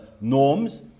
norms